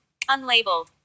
Unlabeled